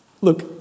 look